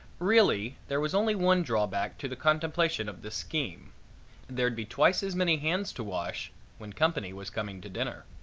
really, there was only one drawback to the contemplation of this scheme there'd be twice as many hands to wash when company was coming to dinner.